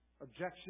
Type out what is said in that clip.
Objection